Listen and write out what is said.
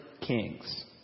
kings